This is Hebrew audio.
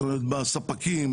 בספקים,